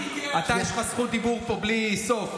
יש לך זכות דיבור פה בלי סוף,